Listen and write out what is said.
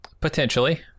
potentially